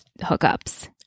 hookups